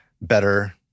better